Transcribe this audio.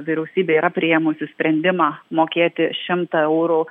vyriausybė yra priėmusi sprendimą mokėti šimtą eurų